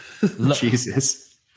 Jesus